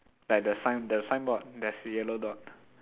like the sign the signboard there's the yellow dot